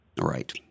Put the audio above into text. right